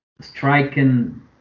striking